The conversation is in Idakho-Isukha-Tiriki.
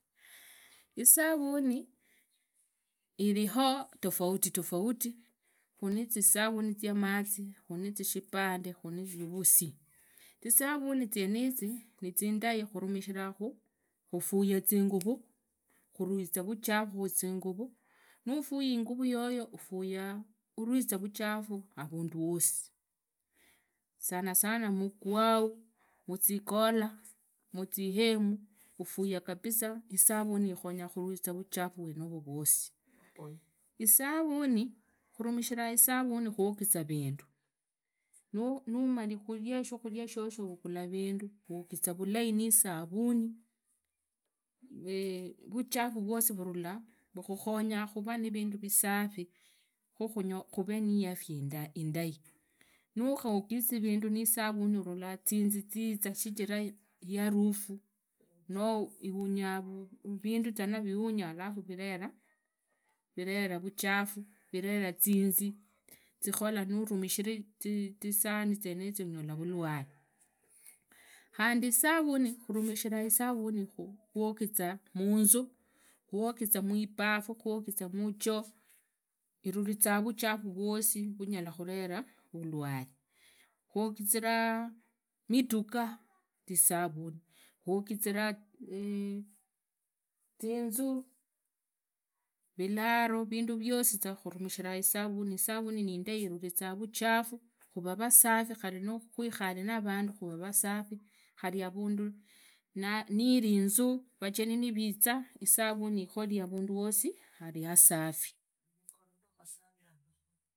Isavani iriho tofauti tofauti. khario nizisavuni zia mazi. khuria nazia vipande. khandi khuno na ya vusi. khu zisavuni zienizi nizindai khurumikhisakhu khufuira zinguru. kharuriza vuchafu khuzinguru. nufuyi inguru yoyo uharuriza vuchafu avundu wosi. sana sana umwazikola muzihimu ufaya kabisa. isavuni ikhonya vuzwa khuruliza vuchafu vwenuvu vwosi. Isavuni khurumishira isaruni khuogiza vindu. numari khuria shikhuria shosho uvuguria vindu wogiza vulai nisavuni. vuchafu rwosi vurula. vukhonya khuvaa nivindu visafi. khuvee niafia indai nughaogize isavuni na vindu ulola zinzi ziza shichira rizaa muharufuu noo vindu zanaa viunyaa alafu virevaa vuchafu. zireraa zinzii zikhora nurumishiraa zisaani zienizi unyola vuluale. khandi isavuni urumishira isavuni khuogiza munzu. khuogiza mubafu. khuogiza muchoo. hirurizaa vuchafu vwosi vunyara khuveraa vulwale. khuogiziraa mitoka isavuni. khuogiziraa zinzu. viraro. vindu viosi khurumishira isavuni. isavuni niindai iruriza vuchafu. khuvaa vasafi khari. nukhuikhare navundu khuvaa vasafi. khavi avundu niviinzu vajeni nivizaa. isavuni ikholi avundu hosi hasafi.